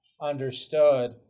understood